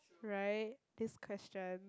right this question